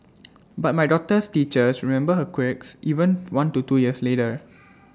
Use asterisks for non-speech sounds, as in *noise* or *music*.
*noise* but my daughter's teachers remember her quirks even one to two years later